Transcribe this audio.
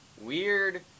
weird